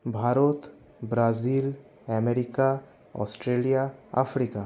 Bharat Brazil America Australia Africa